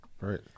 Right